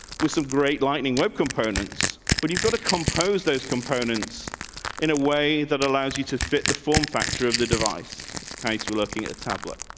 was of great lightning web components, but you've got to compose those components in a way that allows you to fit the form factor of the device. this case we're looking a tablet,